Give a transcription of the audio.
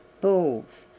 balls,